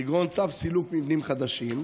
כגון צו סילוק מבנים חדשים,